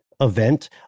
event